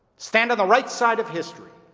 stand on the right side of history.